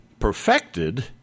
perfected